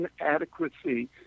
inadequacy